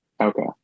Okay